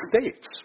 States